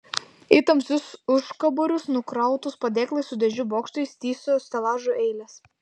į tamsius užkaborius nukrautus padėklais su dėžių bokštais tįso stelažų eilės